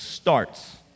starts